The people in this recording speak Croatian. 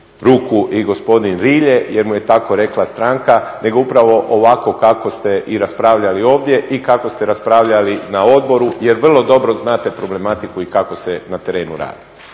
ruku i gospodin Rilje jer mu je tako rekla stranka nego upravo ovako kako ste i raspravljali ovdje i kako ste raspravljali na odboru jer vrlo dobro znate problematiku i kako se na terenu radi.